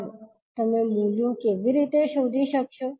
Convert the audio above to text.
હવે તમે મૂલ્યો કેવી રીતે શોધી શકશો